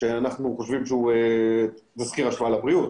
שאנחנו חושבים שהוא תסקיר השפעה על הבריאות,